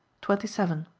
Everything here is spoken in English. twenty seven.